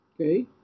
Okay